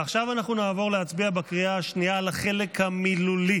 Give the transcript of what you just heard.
עכשיו נעבור להצביע בקריאה השנייה על החלק המילולי